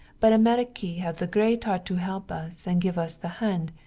but amerique have the great heart to help us and give us the hand,